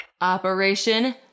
Operation